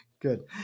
Good